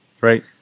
Right